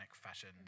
fashion